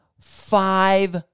five